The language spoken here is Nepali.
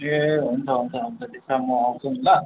ए हुन्छ हुन्छ हुन्छ त्यसो भए म आउँछु नि ल